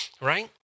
right